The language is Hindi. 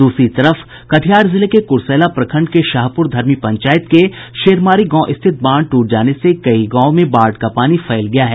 दूसरी तरफ कटिहार जिले के कुरसैला प्रखंड के शाहपूर धरमी पंचायत के शेरमारी गांव स्थित बांध टूट जाने से कई गांवों में बाढ़ का पानी फैल गया है